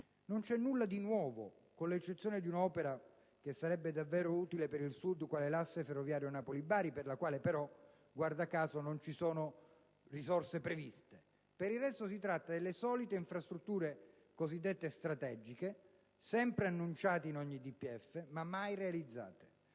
non c'è nulla di nuovo, ad eccezione di un'opera che sarebbe davvero utile per il Sud, ovvero l'asse ferroviario Napoli-Bari, per il quale però, guarda caso, non sono previste risorse. Per il resto, si tratta delle solite infrastrutture cosiddette strategiche, sempre annunciate in ogni DPEF, ma mai realizzate.